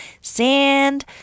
sand